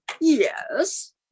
Yes